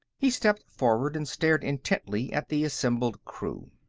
he stepped forward and stared intently at the assembled crew.